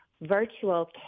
virtual